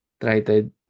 Tried